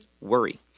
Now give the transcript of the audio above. worry